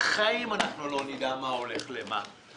בחיים אנחנו לא נדע מה הולך למה.